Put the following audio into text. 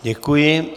Děkuji.